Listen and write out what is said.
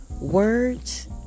Words